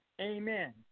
Amen